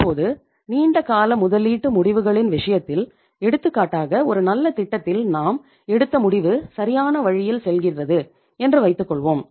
இப்போது நீண்ட கால முதலீட்டு முடிவுகளின் விஷயத்தில் எடுத்துக்காட்டாக ஒரு நல்ல திட்டத்தில் நாம் எடுத்த முடிவு சரியான வழியில் செல்கிறது என்று வைத்துக்கொள்வோம்